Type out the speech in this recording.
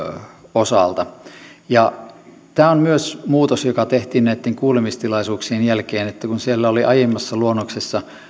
osalta tämä on myös muutos joka tehtiin näitten kuulemistilaisuuksien jälkeen että kun siellä oli aiemmassa luonnoksessa